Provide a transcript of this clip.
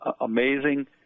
amazing